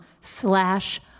slash